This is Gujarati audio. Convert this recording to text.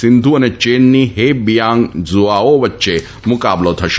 સિંધુ અને ચેનની હે બીંગ જુઆઓ વચ્ચે મુકાબલો થશે